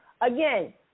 Again